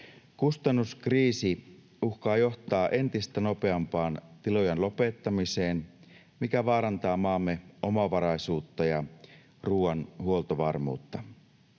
Kustannuskriisi uhkaa johtaa entistä nopeampaan tilojen lopettamiseen, mikä vaarantaa maamme omavaraisuutta ja ruuan huoltovarmuutta.